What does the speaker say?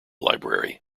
library